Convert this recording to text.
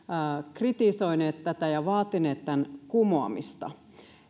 kritisoineet tätä ja vaatineet tämän kumoamista